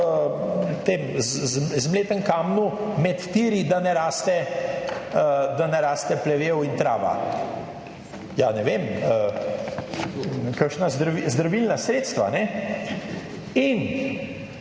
po tem zmletem kamnu med tiri, da ne raste plevel in trava? Ja, ne vem, kakšna zdravilna sredstva, ne. In